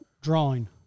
Drawing